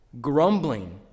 Grumbling